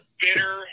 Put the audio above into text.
bitter